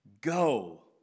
Go